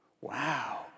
Wow